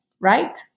right